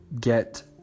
get